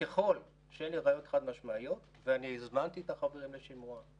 ככל שאין לי ראיות חד משמעיות ואני הזמנתי את החברים לשימוע,